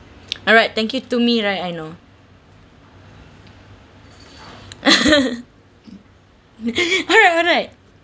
alright thank you to me right I know alright alright